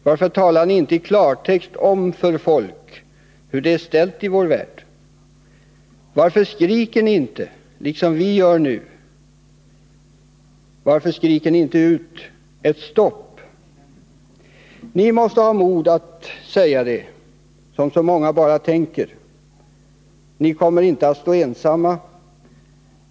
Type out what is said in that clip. Varför talar ni inte i klartext om för folk, hur det är ställt i vår värld? Varför skriker inte ni, liksom vi gör nu, stopp? Ni måste ha mod att klart säga det, som så många bara tänker. Ni kommer inte att stå ensamma.